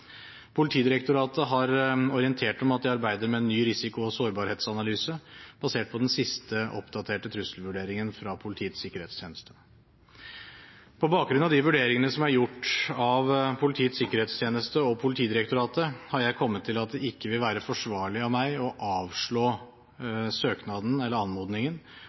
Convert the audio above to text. Politidirektoratet har orientert om at de arbeider med en ny risiko- og sårbarhetsanalyse basert på den siste, oppdaterte trusselvurderingen fra Politiets sikkerhetstjeneste. På bakgrunn av de vurderingene som er gjort av Politiets sikkerhetstjeneste og Politidirektoratet, har jeg kommet til at det ikke vil være forsvarlig av meg å avslå anmodningen